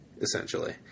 essentially